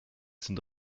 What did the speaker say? sind